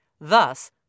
Thus